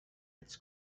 its